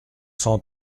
cent